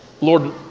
Lord